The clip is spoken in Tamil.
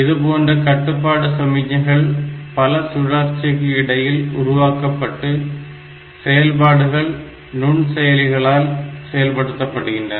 இதுபோன்ற கட்டுப்பாட்டு சமிக்ஞைகள் பல சுழற்சிக்கு இடையில் உருவாக்கப்பட்டு செயல்பாடுகள் நுண்செயலிகளால் செயல்படுத்தப்படுகின்றன